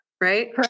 right